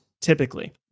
typically